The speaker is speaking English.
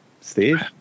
steve